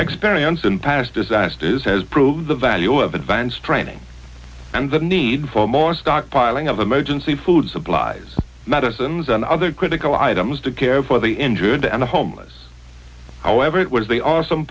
experience in paris disasters has proved the value of advanced training and the need for more stockpiling of emergency food supplies medicines and other critical items to care for the injured and the homeless however it was they are some